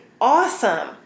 awesome